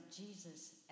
Jesus